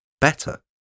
better